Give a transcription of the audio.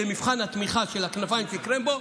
תומכים, למבחן התמיכה של כנפיים של קרמבו,